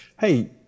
hey